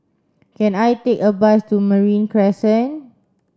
can I take a bus to Marine Crescent